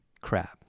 crap